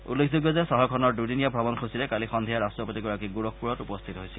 উল্লেখযোগ্য ষে চহৰখনৰ দুদিনীয়া অমণসূচীৰে কালি সন্ধিয়া ৰাট্টপতিগৰাকী গোৰখপূৰত উপস্থিত হৈছিল